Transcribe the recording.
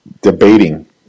debating